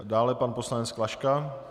Dále pan poslanec Klaška.